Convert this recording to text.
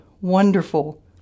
Wonderful